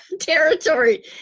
territory